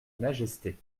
majesté